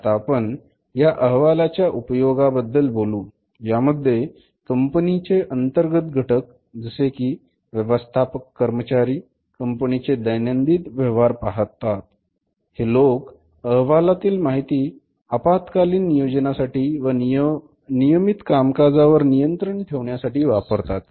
आता आपण या अहवालाच्या उपयोगाबद्दल बोलू यामध्ये कंपनीचे अंतर्गत घटक जसे की व्यवस्थापक कर्मचारी कंपनीचे दैनंदिन व्यवहार पाहतात हे लोक अहवालातील माहिती अल्पकालीन नियोजनासाठी व नियमित कामकाजावर नियंत्रण ठेवण्यासाठी वापरतात